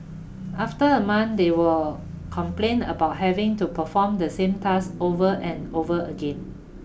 after a month they were complained about having to perform the same task over and over again